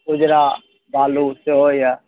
उजरा बालू सेहो यऽ